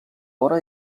vora